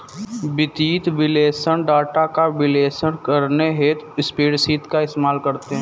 वित्तीय विश्लेषक डाटा का विश्लेषण करने हेतु स्प्रेडशीट का इस्तेमाल करते हैं